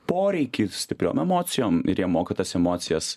poreikį stipriom emocijom ir jie moka tas emocijas